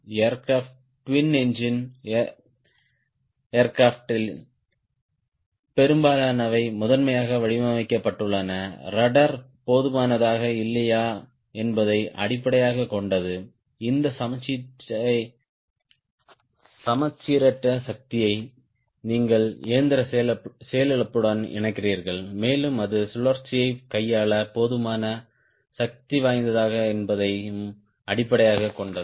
aircraft twin engine ஏர்கிராப்ட்ல் பெரும்பாலானவை முதன்மையாக வடிவமைக்கப்பட்டுள்ளன ரட்ட்ர் போதுமானதா இல்லையா என்பதை அடிப்படையாகக் கொண்டது இந்த சமச்சீரற்ற சக்தியை நீங்கள் இயந்திர செயலிழப்புடன் இணைக்கிறீர்கள் மேலும் அது சுழற்சியைக் கையாள போதுமான சக்திவாய்ந்ததா என்பதையும் அடிப்படையாகக் கொண்டது